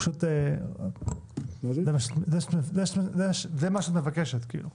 פשוט זה מה שאת מבקשת כאילו.